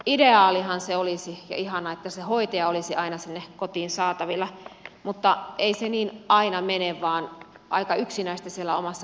ideaalihan se olisi ja ihanaa että se hoitaja olisi aina sinne kotiin saatavilla mutta ei se niin aina mene vaan aika yksinäistä siellä omassa kodissa on